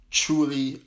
truly